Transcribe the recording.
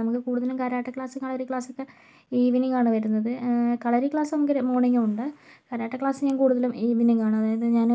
നമുക്ക് കൂടുതലും karate class കളരി ക്ലാസ്സൊക്കെ ഈവനിംങ്ങാണ് വരുന്നത് കളരി ക്ലാസ് നമുക്ക് മോണിങ്ങും ഉണ്ട് കരാട്ടെ ക്ലാസ് ഞാൻ കൂടുതലും ഇവനിങ്ങാണ് അതായത് ഞാൻ